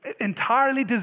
entirely